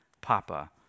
papa